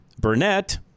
Burnett